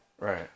right